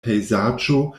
pejzaĝo